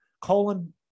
colon